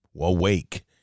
awake